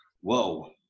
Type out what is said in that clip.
whoa